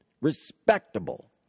respectable